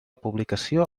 publicació